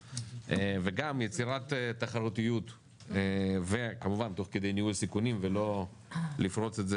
וגם יצירת תחרותיות וכמובן תוך כדי ניהול סיכונים ולא לפרוץ את זה